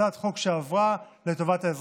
הצעת חוק שעברה לטובת האזרחים.